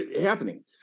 happening